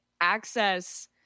access